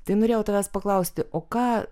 tai norėjau tavęs paklausti o ką